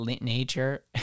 nature